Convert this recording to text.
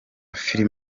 film